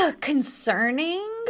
concerning